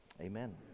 Amen